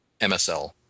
MSL